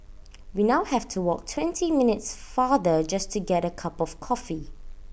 we now have to walk twenty minutes farther just to get A cup of coffee